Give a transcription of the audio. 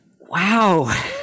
Wow